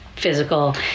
physical